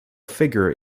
figure